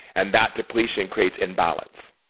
and that depletion creates imbalance.